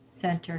center